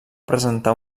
presentar